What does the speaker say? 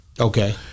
Okay